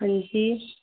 हंजीे